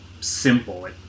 simple